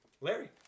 Larry